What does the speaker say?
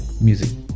music